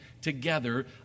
together